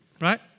right